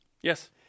yes